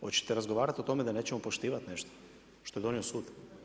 Hoćete razgovarati o tome da nećemo poštivati nešto što je donio sud?